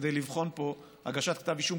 כדי לבחון פה הגשת כתב אישום,